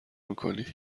میکنی